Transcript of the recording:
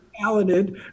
talented